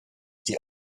die